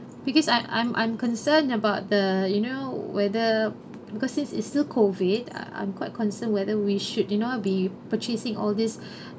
because I I'm I'm concerned about the you know whether because since is still COVID ah I'm quite concerned whether we should you know be purchasing all these